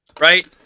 right